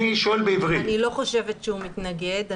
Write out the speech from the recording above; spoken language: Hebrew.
אני לא חושבת שהוא מתנגד.